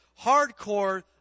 Hardcore